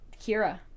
Kira